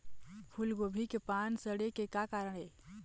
फूलगोभी के पान सड़े के का कारण ये?